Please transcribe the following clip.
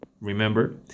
remember